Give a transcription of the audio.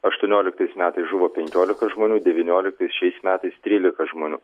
aštuonioliktais metais žuvo penkiolika žmonių devynioliktais šiais metais trylika žmonių